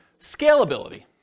Scalability